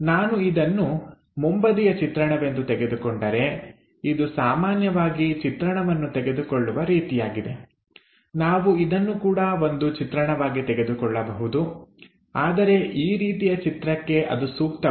ನಾನು ಇದನ್ನು ಮುಂಬದಿಯ ಚಿತ್ರಣವೆಂದು ತೆಗೆದುಕೊಂಡರೆ ಇದು ಸಾಮಾನ್ಯವಾಗಿ ಚಿತ್ರಣವನ್ನು ತೆಗೆದುಕೊಳ್ಳುವ ರೀತಿಯಾಗಿದೆ ನಾವು ಇದನ್ನು ಕೂಡ ಒಂದು ಚಿತ್ರಣವಾಗಿ ತೆಗೆದುಕೊಳ್ಳಬಹುದು ಆದರೆ ಈ ರೀತಿಯ ಚಿತ್ರಕ್ಕೆ ಅದು ಸೂಕ್ತವಲ್ಲ